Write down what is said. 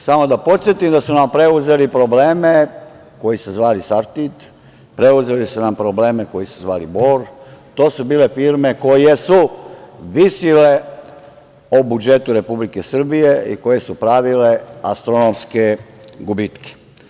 Samo da podsetim da su nam preuzeli probleme koji su se zvali „Sartid“, preuzeli su nam probleme koji su se zvali „Bor“, a to su bile firme koje su visile o budžetu Republike Srbije i koje su pravile astronomske gubitke.